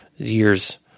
Years